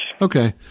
Okay